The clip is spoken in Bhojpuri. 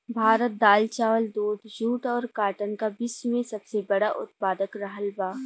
भारत दाल चावल दूध जूट और काटन का विश्व में सबसे बड़ा उतपादक रहल बा